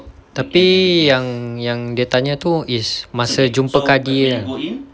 tapi yang yang dia tanya tu is masa jumpa kadi